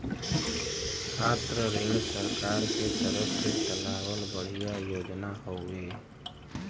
छात्र ऋण सरकार के तरफ से चलावल बढ़िया योजना हौवे